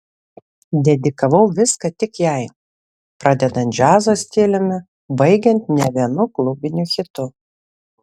dedikavau viską tik jai pradedant džiazo stiliumi baigiant ne vienu klubiniu hitu